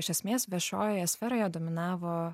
iš esmės viešojoje sferoje dominavo